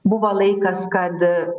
buvo laikas kad